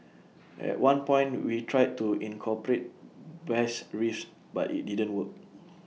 at one point we tried to incorporate bass riffs but IT didn't work